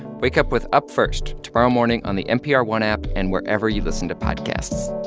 wake up with up first tomorrow morning on the npr one app and wherever you listen to podcasts